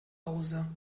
hause